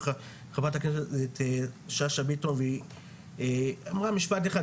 חה"כ שאשא-ביטון והיא אמרה משפט אחד,